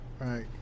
Right